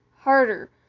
Harder